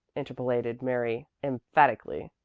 interpolated mary emphatically,